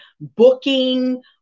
booking